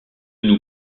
nous